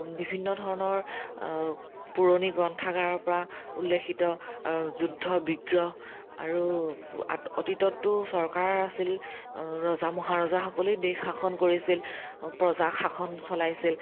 বিভিন্ন ধৰণৰ পুৰণি গ্ৰন্থাগাৰৰ পৰা উল্লেখিত যুদ্ধ বিগ্ৰহ আৰু অতীততো চৰকাৰ আছিল ৰজা মহাৰজাসকলেই দেশ শাসন কৰিছিল প্ৰজা শাসন চলাইছিল